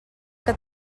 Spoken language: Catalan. que